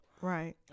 Right